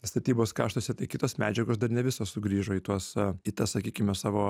statybos kaštuose tai kitos medžiagos dar ne visos sugrįžo į tuos į tas sakykime savo